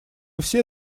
все